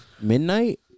Midnight